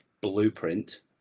blueprint